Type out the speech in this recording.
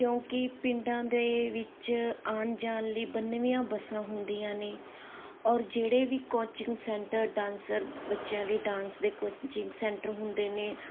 ਕਿਉਂਕਿ ਪਿੰਡਾਂ ਦੇ ਵਿੱਚ ਆਣ ਜਾਣ ਲਈ ਬੰਨਵੀਆਂ ਬੱਸਾਂ ਹੁੰਦੀਆਂ ਨੇ ਔਰ ਜਿਹੜੇ ਵੀ ਕੋਚਿੰਗ ਸੈਂਟਰ ਡਾਂਸਰ ਬੱਚਿਆਂ ਲਈ ਡਾਂਸ ਦੇ ਕੋਚਿੰਗ ਸੈਂਟਰ ਹੁੰਦੇ ਨੇ